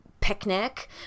picnic